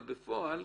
אבל בפועל,